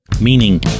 meaning